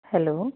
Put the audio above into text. hello